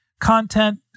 Content